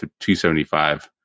275